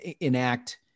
enact